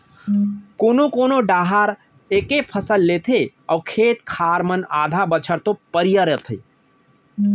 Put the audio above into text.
कोनो कोना डाहर एके फसल लेथे अउ खेत खार मन आधा बछर तो परिया रथें